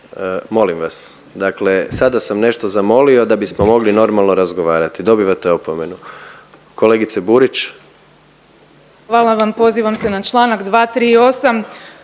molim vas, dakle sada sam nešto zamolio da bismo mogli normalno razgovarati. Dobivate opomenu. Kolegice Burić. **Burić, Majda (HDZ)** Hvala vam.